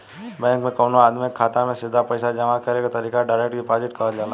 bank में कवनो आदमी के खाता में सीधा पईसा जामा करे के तरीका डायरेक्ट डिपॉजिट कहल जाला